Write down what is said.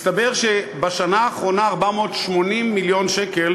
מסתבר שבשנה האחרונה 480 מיליון שקל